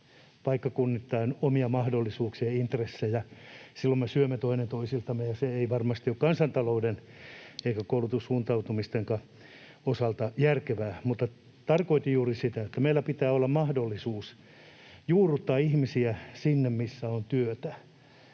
paikkakunnittain omia mahdollisuuksia ja intressejä, silloin me syömme toinen toisiltamme, ja se ei varmasti ole kansantalouden eikä koulutussuuntautumistenkaan osalta järkevää. Mutta tarkoitin juuri sitä, että meillä pitää olla mahdollisuus juurruttaa ihmisiä sinne, missä on työtä,